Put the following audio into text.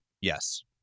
Yes